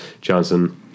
Johnson